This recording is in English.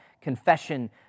confession